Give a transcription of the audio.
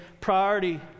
priority